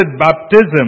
baptism